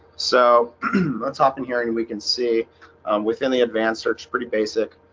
so let's hop in here and we can see within the advanced search pretty basic